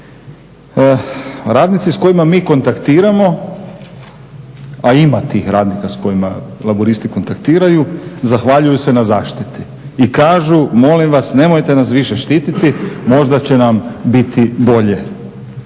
Radnici s kojima mi kontaktiramo a ima tih radnika s kojima laburisti kontaktiraju zahvaljuju se na zaštiti. I kažu, molim vas nemojte nas više štititi možda će nam biti bolje.